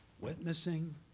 witnessing